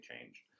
change